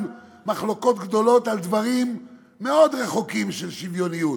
מחלוקות גדולות על דברים מאוד רחוקים של שוויוניות,